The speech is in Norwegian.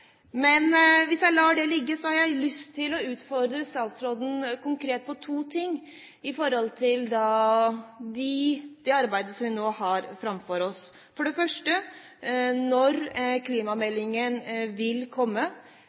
Men hvis jeg lar det ligge, har jeg lyst til å utfordre statsråden konkret på to ting når det gjelder det arbeidet som vi nå har framfor oss. For det første: Når vil klimameldingen komme,